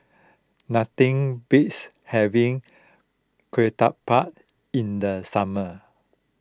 nothing beats having Ketupat in the summer